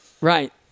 Right